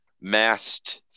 masked